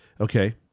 Okay